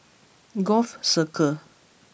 Gul Circle